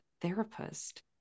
therapist